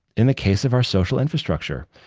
in the case of our social infrastructure.